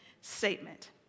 statement